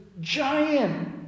giant